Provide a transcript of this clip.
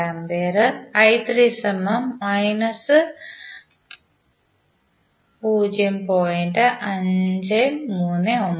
152 A ഒപ്പം I3 −0